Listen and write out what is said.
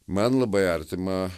man labai artima